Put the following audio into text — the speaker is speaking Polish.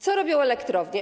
Co robią elektrownie?